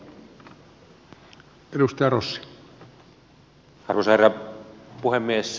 arvoisa herra puhemies